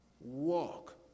Walk